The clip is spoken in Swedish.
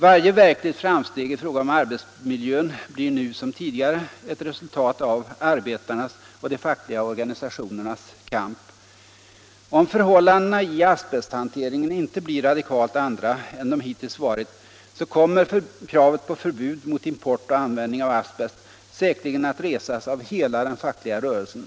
Varje verkligt framsteg i fråga om arbetsmiljön blir - Nr 26 nu som tidigare ett resultat av arbetarnas och de fackliga organisationernas kamp. Om förhållandena i asbesthanteringen inte blir radikalt andra än de hittills varit, kommer kravet på förbud mot import och användning av Om förbud mot asbest säkerligen att resas av hela den fackliga rörelsen.